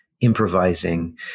improvising